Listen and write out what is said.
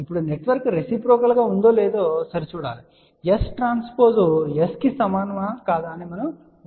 ఇప్పుడు network reciprocal గా ఉందో లేదో సరి చూడడానికి S ట్రాన్స్పోజ్ S కి సమానమా కాదా అని మనం తనిఖీ చేయాలి